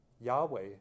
Yahweh